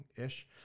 ish